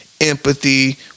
empathy